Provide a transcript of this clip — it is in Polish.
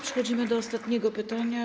Przechodzimy do ostatniego pytania.